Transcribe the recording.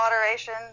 moderation